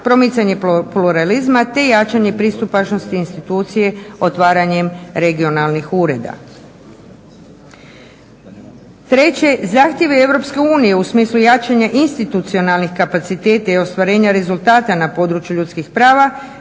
promicanje pluralizma, te jačanje pristupačnosti institucije otvaranjem regionalnih ureda. Treće. Zahtjevi Europske unije u smislu jačanja institucionalnih kapaciteta i ostvarenja rezultata na području ljudskih prava